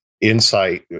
insight